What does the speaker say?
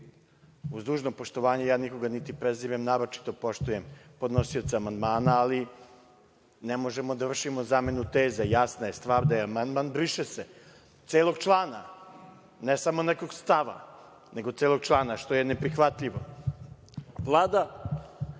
dužno poštovanje, ja nikoga niti prezirem, naročito poštujem podnosioce amandmana, ali ne možemo da vršimo zamenu teza. Jasna je stvar da je amandman briše se celog člana, ne samo nekog stava, što je neprihvatljivo. Vlada